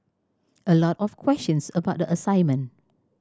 a lot of questions about the assignment